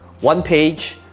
one page,